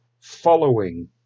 following